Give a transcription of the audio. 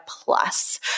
Plus